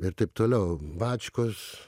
ir taip toliau bačkos